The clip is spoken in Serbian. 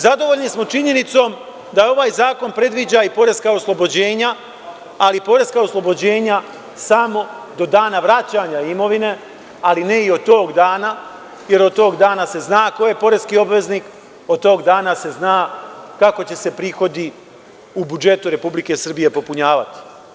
Zadovoljni smo činjenicom da ovaj zakon predviđa i poreska oslobođenja, ali poreska oslobođenja samo do dana vraćanja imovine, ali ne i od tog dana, jer od dog dana se zna ko je poreski obveznik, od tog dana se zna kako će se prihodi u budžetu Republike Srbije popunjavati.